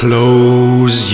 Close